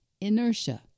Inertia